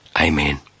Amen